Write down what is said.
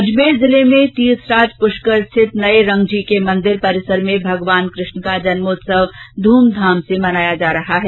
अजमेर जिले में तीर्थराज पुष्कर स्थित नए रंगजी के मंदिर परिसर में भगवान कृष्ण का जन्मोत्सव ध्रमधाम से मनाया जा रहा है